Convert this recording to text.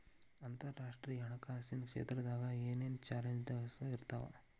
ಅಂತರರಾಷ್ಟ್ರೇಯ ಹಣಕಾಸಿನ್ ಕ್ಷೇತ್ರದಾಗ ಏನೇನ್ ಚಾಲೆಂಜಸ್ಗಳ ಇರ್ತಾವ